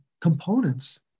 components